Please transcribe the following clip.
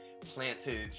planted